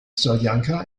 soljanka